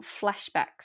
flashbacks